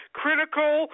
critical